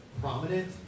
prominent